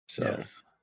Yes